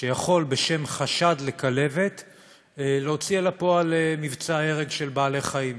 שיכול בשם חשד לכלבת להוציא אל הפועל מבצע הרג של בעלי חיים,